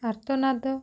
ଆର୍ତ୍ତନାଦ